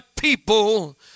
people